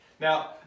Now